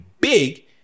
big